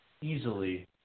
easily